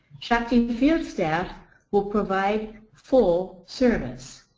shakti field staff will provide full service.